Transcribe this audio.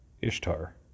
Ishtar